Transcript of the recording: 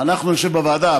אנחנו נשב בוועדה,